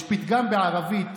יש פתגם בערבית.